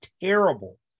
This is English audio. terrible